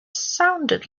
sounded